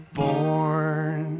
born